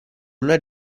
una